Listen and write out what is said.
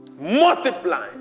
multiplying